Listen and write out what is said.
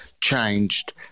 changed